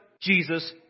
Jesus